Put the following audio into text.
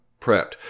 prepped